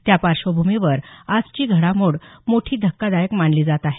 त्या पार्श्वभूमीवर आजची घडामोड मोठी धक्कादायक मानली जात आहे